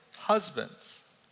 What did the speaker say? Husbands